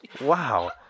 Wow